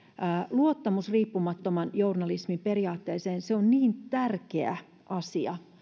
luottamus riippumattoman journalismin periaatteeseen on niin tärkeä asia